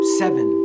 seven